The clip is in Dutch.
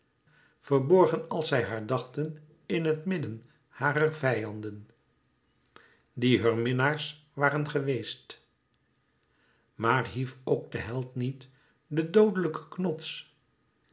verborgen als zij haar dachten in het midden harer vijanden die heur minnaars waren geweest maar hief ook de held niet den doodelijken knots